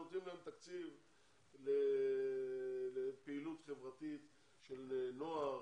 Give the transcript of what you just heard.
אז נותנים להם תקציב לפעילות חברתית של נוער,